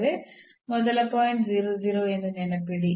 ಮೊದಲ ಪಾಯಿಂಟ್ ಎಂದು ನೆನಪಿಡಿ